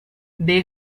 they